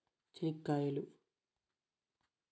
చెనిక్కాయలు